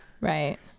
Right